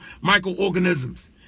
microorganisms